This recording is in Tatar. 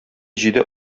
җиде